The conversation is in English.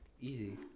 Easy